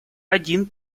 один